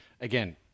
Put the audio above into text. again